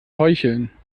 heucheln